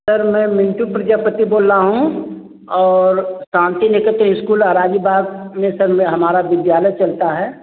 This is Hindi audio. सर मैं मिंटू प्रजापति बोल रहा हूँ और शांति निकेतन स्कूल अराजीबाग में सर मैं हमारा विद्यालय चलता है